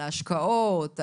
על ההשקעות,